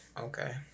okay